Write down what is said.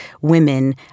women